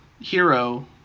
hero